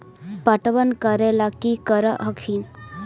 पटबन करे ला की कर हखिन?